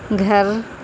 گھر